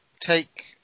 take